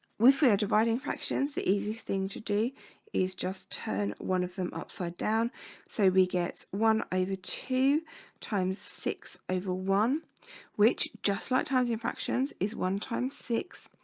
which we are dividing fractions the easiest thing to do is just turn one of them upside down so we get one over two times six over one which just like tylium fractions is one times six?